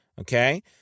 okay